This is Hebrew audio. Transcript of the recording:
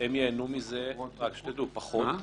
הן ייהנו מזה, רק שתדעו, פחות.